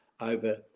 over